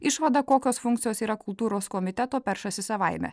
išvada kokios funkcijos yra kultūros komiteto peršasi savaime